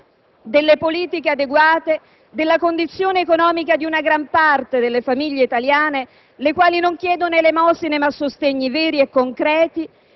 delle politiche adeguate, della condizione economica di una gran parte delle famiglie italiane, le quali non chiedono elemosine ma sostegni veri e concreti;